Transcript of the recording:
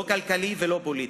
לא כלכלי ולא פוליטי.